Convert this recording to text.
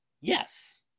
yes